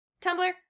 tumblr